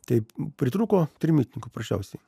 taip pritrūko trimitininkų paprasčiausiai